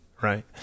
Right